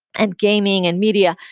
and gaming, and media.